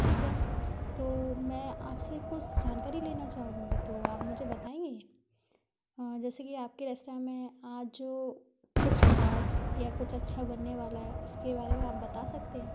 ठीक है तो मैं आपसे कुछ जानकारी लेना चाहूँगी तो आप मुझे बताएँगे अ जैसे कि आपके रेस्तरा में आज जो कुछ खास या कुछ अच्छा बनने वाला है उसके बारे में आप बता सकते हैं